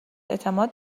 اعتماد